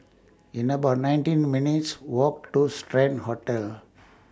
in about nineteen minutes' Walk to Strand Hotel